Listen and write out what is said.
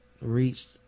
reached